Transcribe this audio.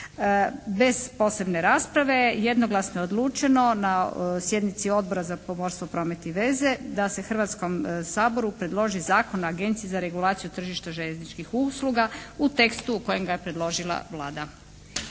Bez posebne rasprave jednoglasno je odlučeno na sjednici Odbora za pomorstvo, promet i veze da se Hrvatskom saboru predloži Zakon o Agenciji za regulaciju tržišta željezničkih usluga u tekstu u kojem ga je predložila Vlada.